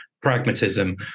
pragmatism